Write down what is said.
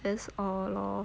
that's all lor